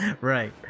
Right